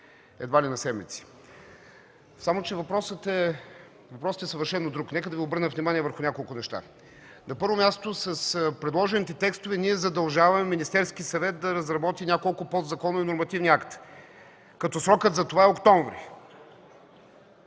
едва ли на седмици. Само че въпросът е съвършено друг. Нека Ви обърна внимание върху няколко неща. На първо място, с предложените текстове ние задължаваме Министерския съвет да разработи няколко подзаконови нормативни акта, като срокът за това е октомври.